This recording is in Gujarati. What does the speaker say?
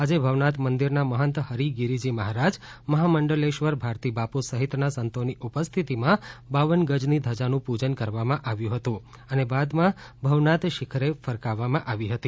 આજે ભવનાથ મંદિરના મહંત હરિગીરીજી મહારાજ મહામંડલેશ્વર ભારતીબાપુ સહિતના સંતોની ઉપસ્થિતિમાં બાવન ગજની ધજાનું પૂજન કરવામાં આવ્યું હતું અને બાદમાં ભવનાથ શિખરે ફરકાવવામાં આવી હતી